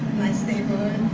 nice neighborhood.